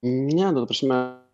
ne nu ta prasme